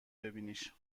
ببینیش